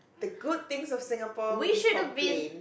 the good things of Singapore we complain